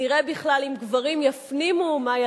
נראה בכלל אם גברים יפנימו מהי